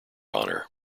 honour